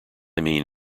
mean